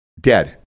dead